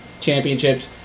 championships